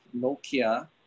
Nokia